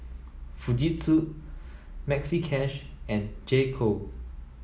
Fujitsu Maxi Cash and J Co